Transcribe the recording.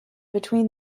between